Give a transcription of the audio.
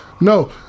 No